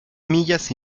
millas